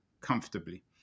comfortably